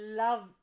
love